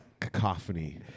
cacophony